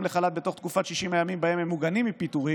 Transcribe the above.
לחל"ת בתוך תקופת 60 הימים שבהם הם מוגנים מפיטורים,